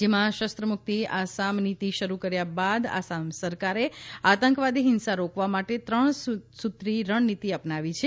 રાજ્યમાં શસ્ત્રમુક્તિ આસામ નીતી શરૂ કર્યા બાદ આસામ સરકારે આતંકવાદી હિંસા રોકવા માટે ત્રણ સૂત્રી રણનીતી અપનાવી છે